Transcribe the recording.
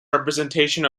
representation